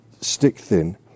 stick-thin